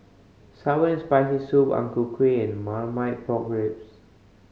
sour and Spicy Soup Ang Ku Kueh and Marmite Pork Ribs